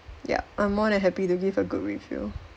yup I'm more than happy to give a good review